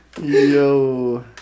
Yo